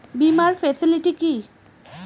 বীমার ফেসিলিটি কি?